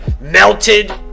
melted